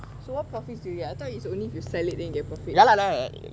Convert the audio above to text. so what profits do you get it's I thought it's only if you sell it then you get profits